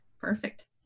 Perfect